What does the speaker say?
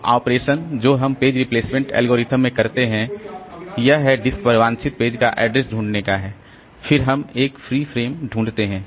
तो ऑपरेशन जो हम पेज रिप्लेसमेंट एल्गोरिथम में करते हैं वह है डिस्क पर वांछित पेज का एड्रेस ढूंढने का है फिर हम एक फ्री फ्रेम ढूंढते हैं